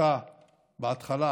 אתה בהתחלה